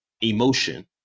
emotion